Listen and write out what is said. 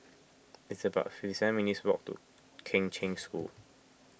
it's about fifty seven minutes' walk to Kheng Cheng School